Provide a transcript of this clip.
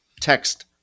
text